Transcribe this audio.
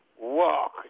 walk